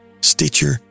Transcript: Stitcher